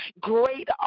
Great